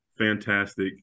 fantastic